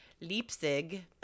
Leipzig